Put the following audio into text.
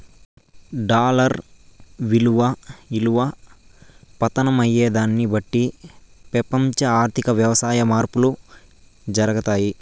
dollar ఇలువ పతనం అయ్యేదాన్ని బట్టి పెపంచ ఆర్థిక వ్యవస్థల్ల మార్పులు జరగతాయి